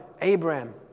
Abraham